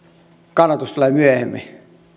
kannatus tulee myöhemminkin